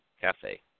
Cafe